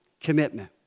Commitment